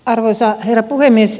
arvoisa herra puhemies